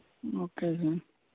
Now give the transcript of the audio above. okay sir